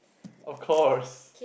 of course